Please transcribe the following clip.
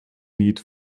need